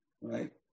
right